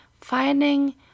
finding